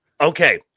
Okay